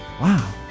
Wow